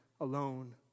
alone